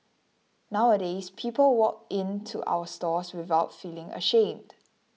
nowadays people walk in to our stores without feeling ashamed